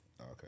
Okay